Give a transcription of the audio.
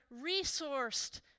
resourced